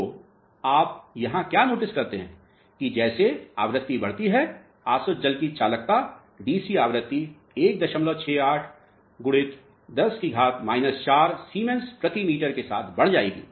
तो आप यहाँ क्या नोटिस करते हैं कि जैसे आवृत्ति बढ़ती है आसुत जल की चालकता डीसी आवृत्ति 168 × 10 4 सीमेंस प्रति मीटर के साथ बढ़ जाएगी